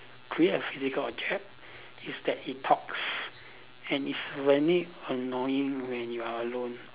create a physical object is that it talks and it's very annoying when you are alone